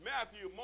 Matthew